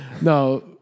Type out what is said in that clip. No